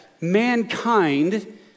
mankind